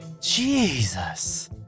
Jesus